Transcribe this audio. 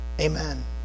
amen